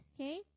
okay